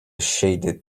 shaded